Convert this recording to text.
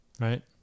Right